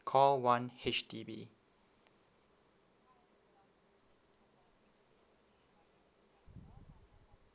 call one H_D_B